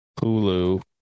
hulu